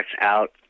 out